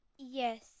Yes